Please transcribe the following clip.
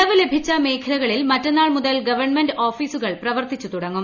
ഇളവ് ലഭിച്ച മേഖലകളിൽ മറ്റന്നാൾ മുതൽ ഗവൺമെന്റ് ഓഫീസുകൾ പ്രവർത്തിച്ചു തുടങ്ങും